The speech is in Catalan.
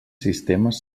sistemes